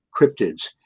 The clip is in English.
cryptids